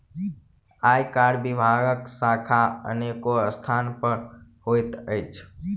आयकर विभागक शाखा अनेको स्थान पर होइत अछि